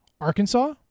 Arkansas